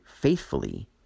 faithfully